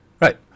Right